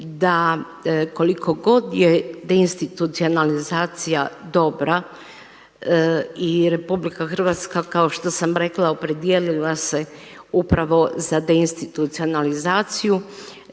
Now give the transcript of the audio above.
da koliko god je deinstitucionalizacija dobra i Republika Hrvatska kao što sam rekla opredijelila se upravo za deinstitucionalizaciju